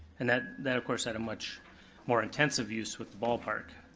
and that that of course had a much more intensive use with the ballpark.